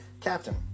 captain